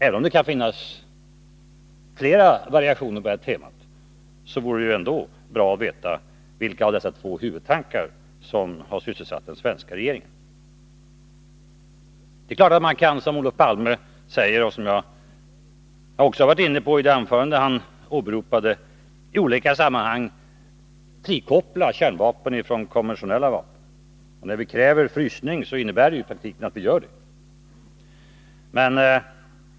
Även om det kan finnas flera variationer på detta tema, vore det ändå bra att veta vilken av dessa två huvudtankar som har sysselsatt den svenska regeringen. Det är klart att man kan säga, som jag sade i det anförande som Olof Palme åberopade, att man i vissa sammanhang kan frikoppla kärnvapen från konventionella vapen. När vi kräver frysning innebär det i praktiken att vi gör det.